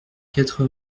quatre